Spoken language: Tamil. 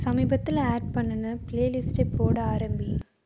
சமீபத்தில் ஆட் பண்ணின பிளேலிஸ்ட்டை போட ஆரம்பி